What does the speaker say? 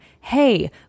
Hey